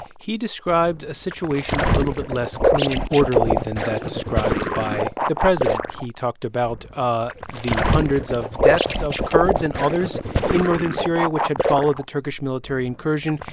he described a situation a little bit less clean and orderly than that described by the president. he talked about ah the hundreds of deaths of kurds and others in northern syria which had followed the turkish military incursion.